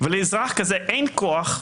ולאזרח כזה אין כוח,